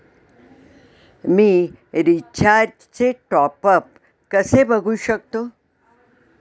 मी रिचार्जचे टॉपअप कसे बघू शकतो?